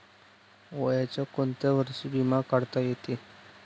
वयाच्या कोंत्या वर्षी बिमा काढता येते?